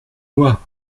moi